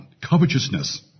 Covetousness